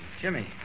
Jimmy